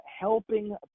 helping